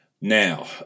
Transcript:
Now